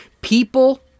People